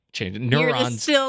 Neurons